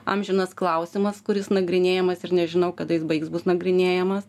amžinas klausimas kuris nagrinėjamas ir nežinau kada jis baigs bus nagrinėjamas